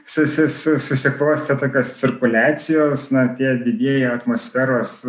susi susi susiklostė tokios cirkuliacijos na tie didieji atmosferos